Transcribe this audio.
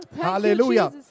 Hallelujah